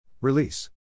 Release